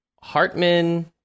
Hartman